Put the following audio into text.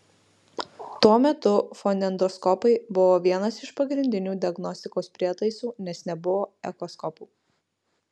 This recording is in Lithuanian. tuo metu fonendoskopai buvo vienas iš pagrindinių diagnostikos prietaisų nes nebuvo echoskopų